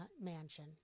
mansion